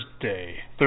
Thursday